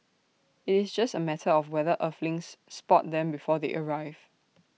IT is just A matter of whether Earthlings spot them before they arrive